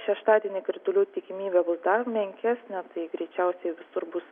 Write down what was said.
šeštadienį kritulių tikimybė bus dar menkesnė tai greičiausiai visur bus